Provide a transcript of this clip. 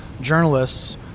journalists